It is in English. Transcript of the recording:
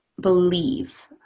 believe